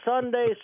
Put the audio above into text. Sunday